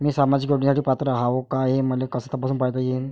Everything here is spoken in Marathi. मी सामाजिक योजनेसाठी पात्र आहो का, हे मले कस तपासून पायता येईन?